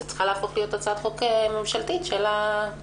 זאת צריכה להיות הצעת חוק ממשלתית של המשרד.